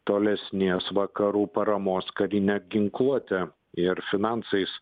tolesnės vakarų paramos karine ginkluote ir finansais